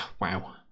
Wow